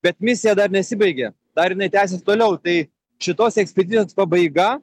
bet misija dar nesibaigė dar jinai tęsis toliau tai šitos ekspedicijos pabaiga